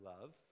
love